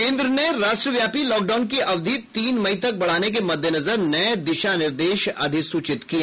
केंद्र ने राष्ट्रव्यापी लॉकडाउन की अवधि तीन मई तक बढ़ाने के मद्देनजर नए दिशानिर्देश अधिसूचित किए